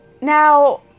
Now